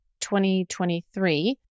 2023